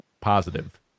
positive